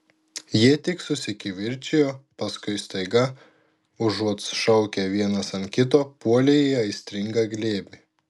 jie tik susikivirčijo paskui staiga užuot šaukę vienas ant kito puolė į aistringą glėbį